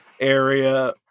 area